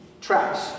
traps